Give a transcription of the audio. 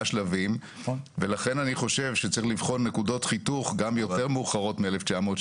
שלבים ולכן אני חושב שצריך לבחון נקודות חיתוך גם יותר מאוחרות מ-1980.